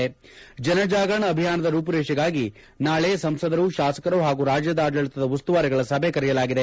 ಜನ್ ಜಾಗರಣ್ ಅಭಿಯಾನದ ರೂಪುರೇಷೆಗಾಗಿ ನಾಳೆ ಸಂಸದರು ಶಾಸಕರು ಹಾಗೂ ರಾಜ್ಯದ ಆಡಳಿತದ ಉಸ್ತುವಾರಿಗಳ ಸಭೆ ಕರೆಯಲಾಗಿದೆ